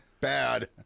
Bad